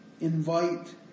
invite